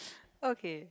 okay